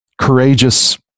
courageous